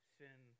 sin